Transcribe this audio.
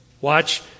Watch